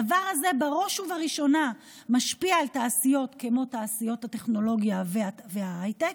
הדבר הזה בראש ובראשונה משפיע על תעשיות כמו תעשיות הטכנולוגיה והייטק,